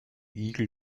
igel